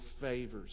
favors